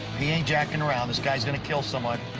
he ain't jacking around. this guy's going to kill someone.